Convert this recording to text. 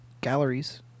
galleries